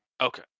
Okay